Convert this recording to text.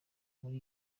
muri